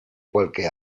qualche